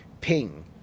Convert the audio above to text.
ping